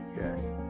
Yes